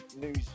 news